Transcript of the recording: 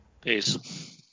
Peace